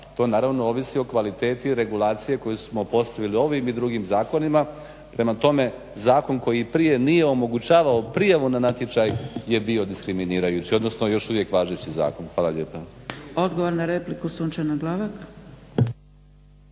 to naravno ovisi o kvaliteti regulacije koju smo postavili ovim i drugim zakonima. Prema tome, zakon koji prije nije omogućavao prijavu na natječaj je bio diskriminirajući, odnosno još uvijek važeći zakon. Hvala lijepa. **Zgrebec, Dragica